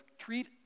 treat